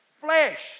flesh